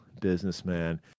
businessman